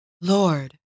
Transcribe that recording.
Lord